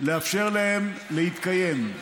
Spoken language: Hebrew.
לאפשר להם להתקיים.